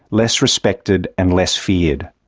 less respected and less feared.